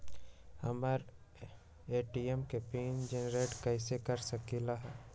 हम ए.टी.एम के PIN generate कईसे कर सकली ह?